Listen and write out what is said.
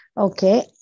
Okay